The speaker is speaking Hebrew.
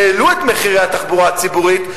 העלו את מחירי התחבורה הציבורית,